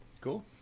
Cool